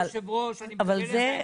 היושב-ראש אומר: אני מקבל את עמדתכם,